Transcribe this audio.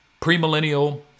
premillennial